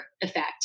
effect